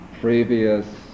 previous